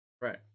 right